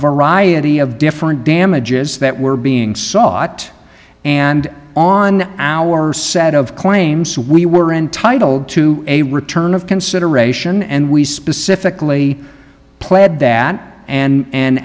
variety of different damages that were being sought and on our set of claims we were entitled to a return of consideration and we specifically pled that and